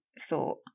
thought